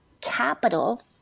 capital